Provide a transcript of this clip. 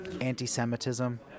anti-Semitism